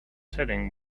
setting